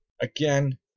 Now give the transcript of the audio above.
Again